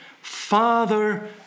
Father